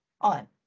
on